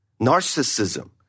narcissism